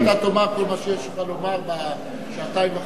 אתה תאמר כל מה שיש לך לומר בשעתיים וחצי,